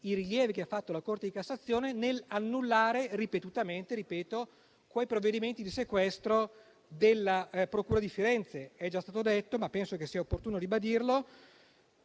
i rilievi che ha fatto la Corte di cassazione nell'annullare ripetutamente i provvedimenti di sequestro della procura di Firenze. È già stato detto - ma penso sia opportuno ribadirlo